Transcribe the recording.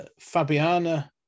Fabiana